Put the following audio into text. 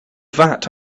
vat